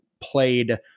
played